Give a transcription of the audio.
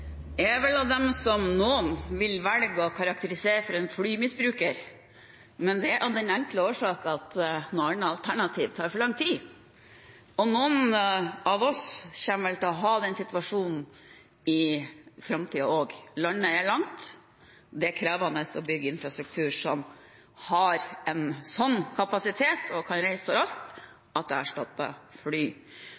vel blant dem som noen vil velge å karakterisere som en «flymisbruker», men det er av den enkle årsak at andre alternativ tar for lang tid. Og noen av oss kommer vel til å være i den situasjonen i framtiden også. Landet vårt er langt, og det er krevende å bygge infrastruktur som har en sånn kapasitet og som kan reise så raskt,